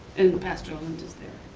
and pastor linda is there?